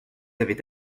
avait